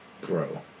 Bro